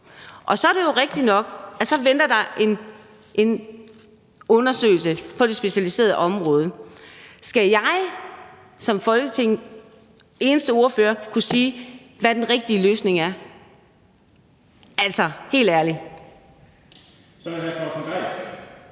Så er det jo rigtigt nok, at der venter en undersøgelse af det specialiserede område. Skal jeg som Folketingets eneste ordfører kunne sige, hvad den rigtige løsning er? Altså, helt ærligt! Kl. 20:07 Den fg.